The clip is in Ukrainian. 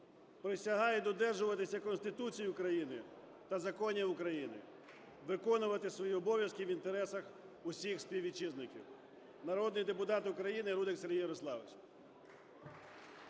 Присягаю додержуватися Конституції України та законів України, виконувати свої обов'язки в інтересах усіх співвітчизників. Народний депутат України Рудик Сергій Ярославович.